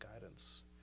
guidance